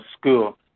school